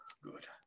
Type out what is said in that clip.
good